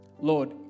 Lord